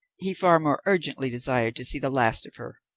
he far more urgently desired to see the last of her.